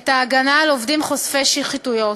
את ההגנה על עובדים חושפי שחיתויות.